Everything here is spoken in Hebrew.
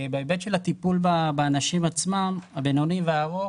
בהיבט של הטיפול באנשים עצמם, הבינוני והארוך,